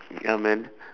ya man